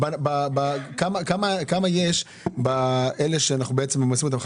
כמה יש באלה שאנחנו ממסים אותם,